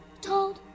told